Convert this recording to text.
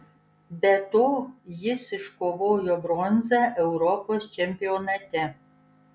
be to jis iškovojo bronzą europos čempionate